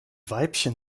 weibchen